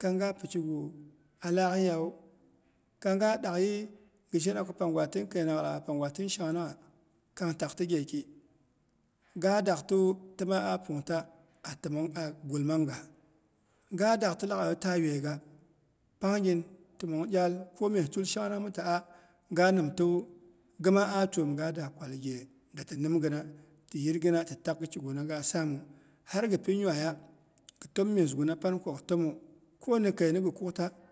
kang ga pikigu alaak yiyawu, kang ga dak yɨi gɨ shena ko pangwa tin keinangnyit laghai, pangwa tin shangnangha, kang tati gyeki. Ga daktiwu tima ah pungta a təmong a gul manga. Ga dakti laghaiyu tah yhai ga. Pangnyin təmong iyal ko mye tul ni shangnang mi ti 'a ga nimtiwu, ghima ah twomga daa kwal ghe dati nimgɨna tɨ yirgɨna ti takgɨkiguna ga saamu har gɨ pi nyuaiya gɨ təm myesguna ga saam ko gɨ təmu.